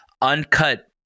uncut